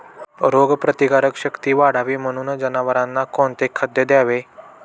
रोगप्रतिकारक शक्ती वाढावी म्हणून जनावरांना कोणते खाद्य द्यावे?